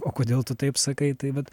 o kodėl tu taip sakai tai vat